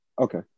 okay